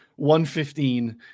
115